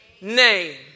name